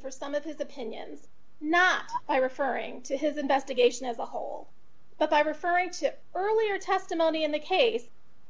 for some of his opinions not by referring to his investigation as a whole but i referred to earlier testimony in the case